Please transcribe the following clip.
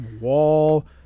Wall